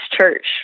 church